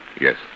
Yes